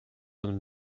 een